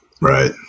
Right